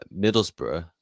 Middlesbrough